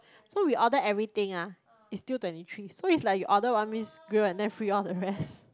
so we ordered everything ah it's still twenty three so it's like you order one mixed grill and then free all the rest